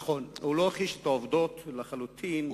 נכון, הוא לא הכחיש את העובדות, לחלוטין.